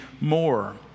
more